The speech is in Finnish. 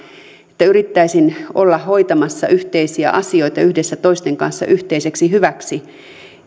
että yrittäisin olla hoitamassa yhteisiä asioita yhdessä toisten kanssa yhteiseksi hyväksi